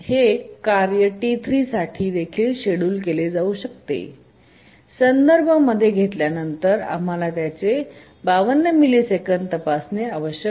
हे कार्य T3 साठी देखील शेड्यूल केले जाऊ शकते संदर्भ मध्ये घेतल्यानंतर आम्हाला त्याचे 52 मिलिसेकंद तपासणे आवश्यक आहे